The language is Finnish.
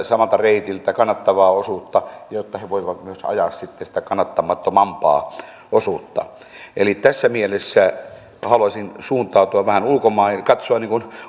samalta reitiltä kannattavaa osuutta jotta he voivat myös ajaa sitten sitä kannattamattomampaa osuutta eli tässä mielessä haluaisin suuntautua vähän ulkomaille katsoa